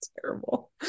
Terrible